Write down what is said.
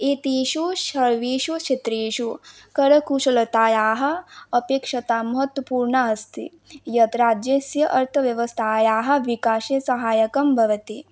एतेषु सर्वेषु क्षेत्रेषु करकुशलतायाः अपेक्षा महत्वपूर्णा अस्ति यद् राज्यस्य अर्थव्यवस्थायाः विकासे साहाय्यकं भवति